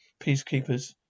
peacekeepers